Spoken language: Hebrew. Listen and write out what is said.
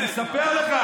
אני אספר לך,